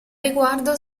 riguardo